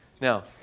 Now